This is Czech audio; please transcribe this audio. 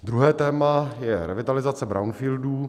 Druhé téma je revitalizace brownfieldů.